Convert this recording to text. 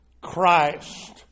Christ